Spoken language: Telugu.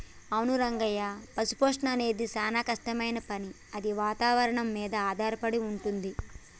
అవును రంగయ్య పశుపోషణ అనేది సానా కట్టమైన పని అది వాతావరణం మీద ఆధారపడి వుంటుంది